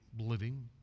living